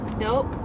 Nope